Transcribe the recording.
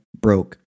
broke